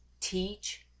teach